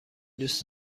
دوست